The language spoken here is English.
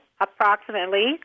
approximately